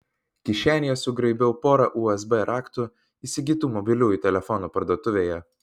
kišenėje sugraibiau porą usb raktų įsigytų mobiliųjų telefonų parduotuvėje